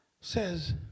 says